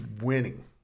winning